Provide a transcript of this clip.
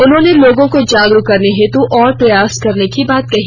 उन्होंने लोगों को जागरूक करने हेतु और प्रयास करने की बात कही